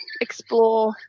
explore